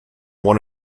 one